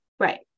Right